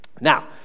Now